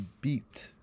beat